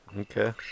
Okay